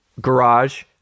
garage